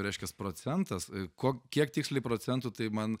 reiškias procentas ko kiek tiksliai procentų tai man